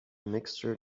mixture